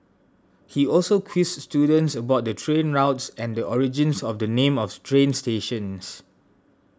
he also quizzed students about the train routes and the origins of the names of train stations